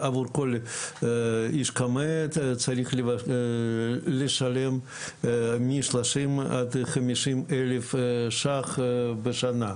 שעבור כל איש קמ"ע צריך לשלם משלושים עד חמישים אלף ₪ בשנה.